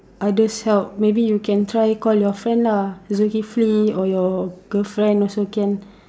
others help maybe you can try call you friend lah Zukifli or your girlfriend also can